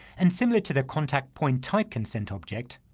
and similar to the contact point type consent object,